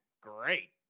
great